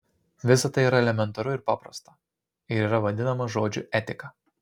visa tai yra elementaru ir paprasta ir yra vadinama žodžiu etika